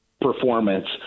performance